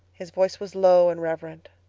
his voice was low and reverent.